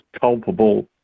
culpable